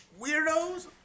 Weirdos